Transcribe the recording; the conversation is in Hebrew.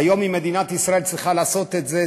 היום אם מדינת ישראל צריכה לעשות את זה,